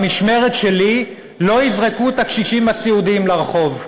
במשמרת שלי לא יזרקו את הקשישים הסיעודיים לרחוב.